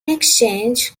exchange